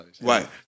Right